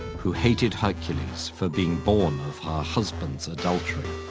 who hated hercules for being born of her husband's adultery,